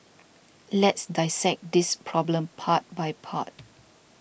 let's dissect this problem part by part